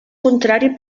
contrari